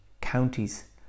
counties